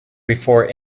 before